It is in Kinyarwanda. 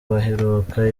baheruka